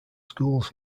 schools